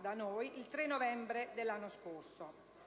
da noi presentata il 3 novembre dell'anno scorso.